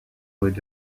with